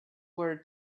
were